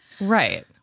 right